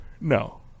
No